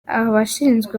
abashinzwe